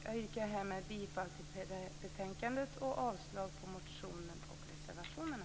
Jag yrkar bifall till hemställan i betänkandet och avslag på motionen och reservationerna.